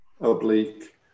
oblique